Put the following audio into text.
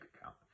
account